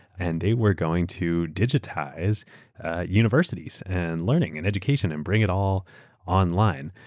and they were going to digitize universities, and learning, and education, and bring it all online.